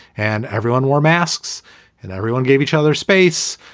and everyone wore masks and everyone gave each other space.